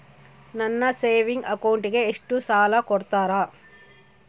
ನನ್ನ ಸೇವಿಂಗ್ ಅಕೌಂಟಿಗೆ ಎಷ್ಟು ಸಾಲ ಕೊಡ್ತಾರ?